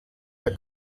der